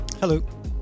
Hello